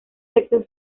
sexos